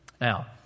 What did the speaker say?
Now